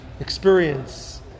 experience